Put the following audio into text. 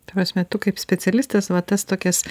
ta prasme tu kaip specialistas va tas tokias